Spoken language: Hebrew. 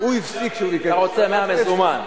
אני שואלת רק דבר אחד.